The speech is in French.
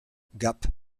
gap